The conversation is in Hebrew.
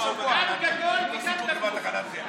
לוועדת העבודה, הרווחה נתקבלה.